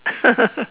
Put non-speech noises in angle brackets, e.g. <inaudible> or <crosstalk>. <laughs>